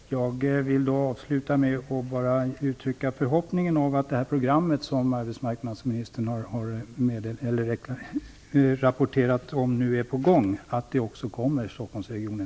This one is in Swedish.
Fru talman! Jag vill då avsluta med att uttrycka förhoppningen att det program som arbetsmarknadsministern har rapporterat är på gång också kommer